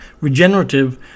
regenerative